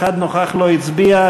אחד נוכח ולא הצביע.